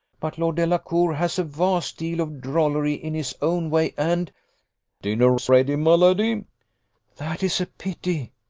but lord delacour has a vast deal of drollery in his own way, and dinner's ready, my lady! that is a pity!